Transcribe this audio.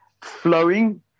flowing